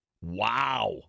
Wow